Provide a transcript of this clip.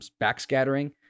backscattering